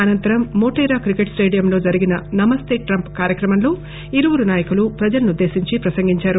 అనంతరం మొతేరా క్రికెట్ స్టేడియంలో జరిగిన నమస్తే ట్రంప్ కార్యక్రమంలో ఇరువురు నాయకులు ప్రజలను ఉద్దేశించి ప్రసంగించారు